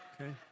Okay